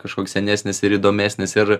kažkoks senesnis ir įdomesnis ir